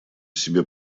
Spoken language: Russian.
себе